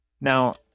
Now